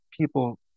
people